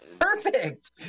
Perfect